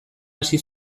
hasi